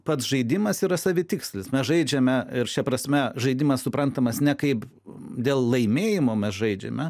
pats žaidimas yra savitikslis mes žaidžiame ir šia prasme žaidimas suprantamas ne kaip dėl laimėjimo mes žaidžiame